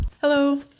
Hello